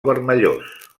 vermellós